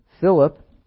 Philip